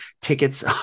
tickets